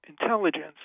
intelligence